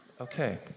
Okay